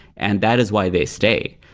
and that is why they stay.